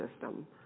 system